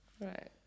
Right